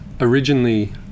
Originally